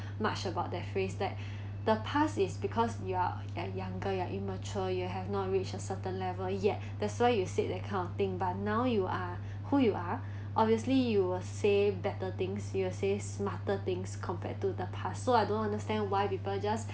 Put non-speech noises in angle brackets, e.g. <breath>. much about that phrase that <breath> the past is because you are at younger you are immature you have not reached a certain level yet that's why you said that kind of thing but now you are who you are obviously you will say better things you will say smarter things compared to the past so I don't understand why people just